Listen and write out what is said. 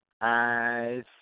eyes